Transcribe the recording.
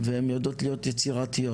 והן יודעות להיות יצירתיות.